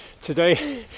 today